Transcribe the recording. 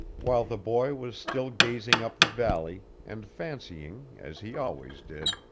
while the boy was still gazing up the valley, and fancying, as he always did,